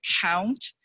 count